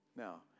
Now